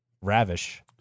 Ravish